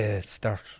start